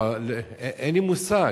אין לי מושג.